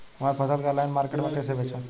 हमार फसल के ऑनलाइन मार्केट मे कैसे बेचम?